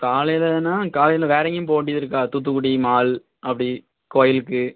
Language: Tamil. காலையிலன்னா காலையில் வேற எங்கேயும் போக வேண்டியது இருக்கா தூத்துக்குடி மால் அப்படி கோயிலுக்கு